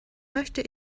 möchte